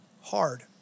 hard